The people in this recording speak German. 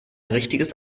richtiges